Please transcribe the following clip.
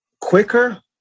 Quicker